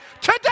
today